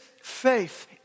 faith